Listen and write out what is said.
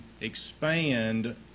expand